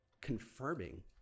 confirming